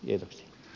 kiitoksia